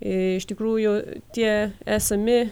iš tikrųjų tie esami